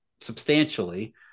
substantially